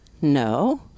No